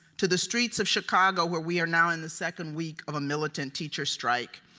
to the streets of chicago, where we are now in the second week of a militant teacher strike.